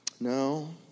no